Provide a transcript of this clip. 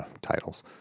titles